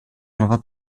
nuova